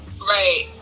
Right